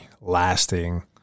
lasting